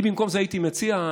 אני במקום זה הייתי מציע,